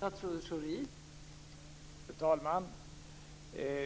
Fru talman! Det